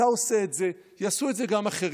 אתה עושה את זה, יעשו את זה גם אחרים.